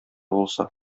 булса